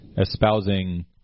espousing